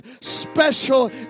special